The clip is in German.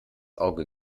auge